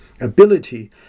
ability